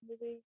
movie